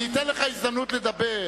אני אתן לך הזדמנות לדבר.